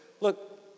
Look